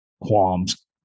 qualms